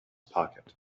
pocket